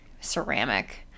ceramic